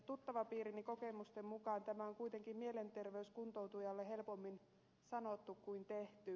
tuttavapiirini kokemusten mukaan tämä on kuitenkin mielenterveyskuntoutujalle helpommin sanottu kuin tehty